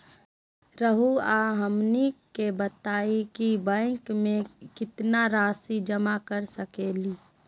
रहुआ हमनी के बताएं कि बैंक में कितना रासि जमा कर सके ली?